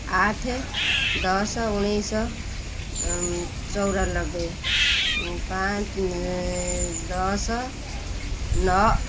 ଆଠ ଦଶ ଉଣେଇଶହ ଚଉରାନବେ ଦଶ ନଅ